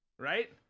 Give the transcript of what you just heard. right